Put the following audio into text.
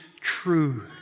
true